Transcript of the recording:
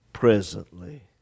Presently